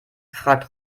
fragt